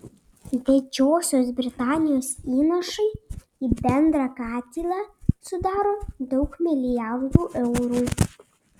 didžiosios britanijos įnašai į bendrą katilą sudaro daug milijardų eurų